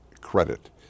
credit